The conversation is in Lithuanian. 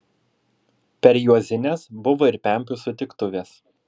per juozines buvo ir pempių sutiktuvės